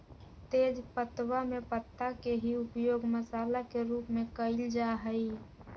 तेजपत्तवा में पत्ता के ही उपयोग मसाला के रूप में कइल जा हई